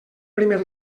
primer